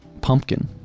pumpkin